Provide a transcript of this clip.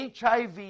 HIV